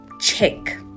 check